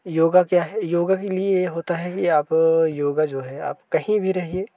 योग क्या है योग के लिए ये होता है कि आप योग जो है आप कहीं भी रहिए